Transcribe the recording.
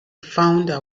founder